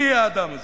מי יהיה האדם הזה.